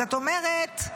זאת אומרת,